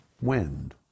wind